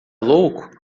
louco